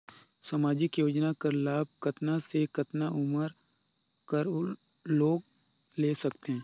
समाजिक योजना कर लाभ कतना से कतना उमर कर लोग ले सकथे?